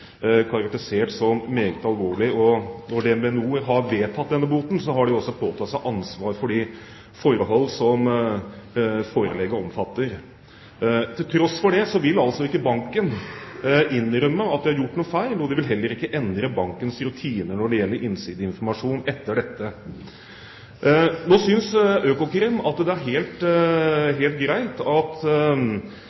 karakterisert som meget alvorlige. Når DnB NOR har vedtatt denne boten, har de også påtatt seg ansvaret for de forhold som forelegget omfatter. Likevel vil ikke banken innrømme at de har gjort noe feil, og de vil heller ikke endre bankens rutiner når det gjelder innsideinformasjon etter dette. Økokrim syntes det var helt